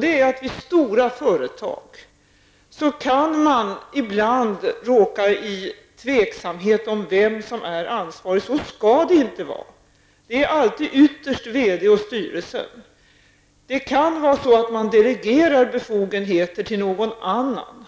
Det är nämligen så att man när det gäller stora företag ibland kan råka i tvivel om vem som är ansvarig. Så skall det inte vara; det är alltid ytterst VD och styrelsen som är ansvariga. Det kan vara så att dessa delegerar befogenheter till någon annan.